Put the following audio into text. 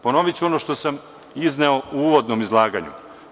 Ponoviću ono što sam izneo u uvodnom izlaganju.